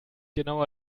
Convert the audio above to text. genauer